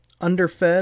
Underfed